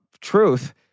truth